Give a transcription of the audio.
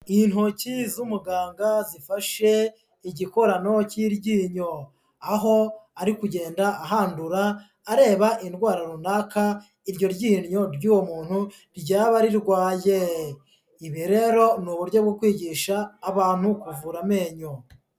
Intoki z'umuganga zifashe igikorano cy'iryinyo, aho ari kugenda ahandura areba indwara runaka iryo ryinyo ry'uwo muntu ryaba rirwaye, ibi rero ni uburyo bwo kwigisha abantu kuvura amenyo.